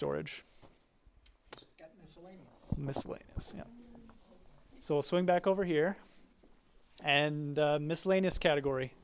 storage miscellaneous so swing back over here and miscellaneous category